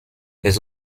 les